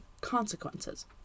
consequences